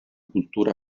cultura